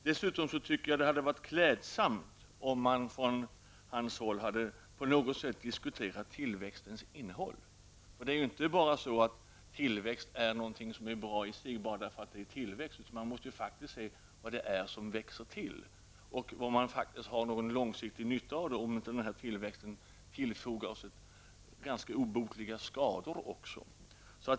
Jag tycker dessutom att det hade varit klädsamt om Lars De Geer hade diskuterat tillväxtens innehåll. Det är ju inte så att tillväxt är något som är bra i sig, bara därför att det är tillväxt, utan man måste faktiskt se vad det är som växer till och om man har någon långsiktig nytta av det, så att inte tillväxten tillfogar oss obotliga skador.